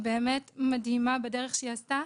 היא באמת מדהימה בדרך שהיא עשתה.